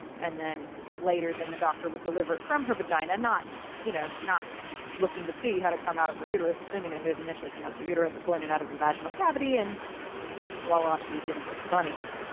and then later, then the doctor would deliver it from her vagina, not you know not looking to see, had it come out of her uterus. assuming that it had initially come out of her uterus, pulling it out of the vaginal cavity. and voila, she was giving birth to bunnies.